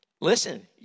Listen